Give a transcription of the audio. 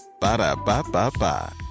Ba-da-ba-ba-ba